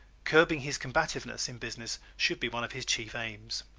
curbing his combativeness in business should be one of his chief aims.